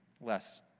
less